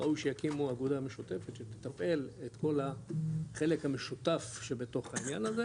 ראוי שיקימו אגודה משותפת שתטפל את כל החלק המשותף שבתוך העניין הזה,